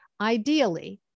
ideally